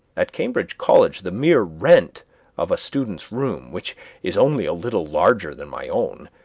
at cambridge college the mere rent of a student's room, which is only a little larger than my own,